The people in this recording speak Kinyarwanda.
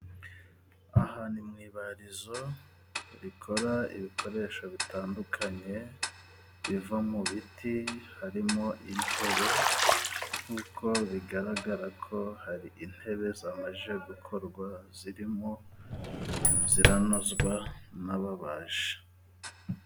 Aha ni mu ibarizo rikora ibikoresho bitandukanye biva mu biti harimo intebe, nk'uko bigaragara ko hari intebe zamajije gukorwa, zirimo ziranozwa n'ababaji.